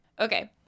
Okay